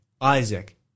Isaac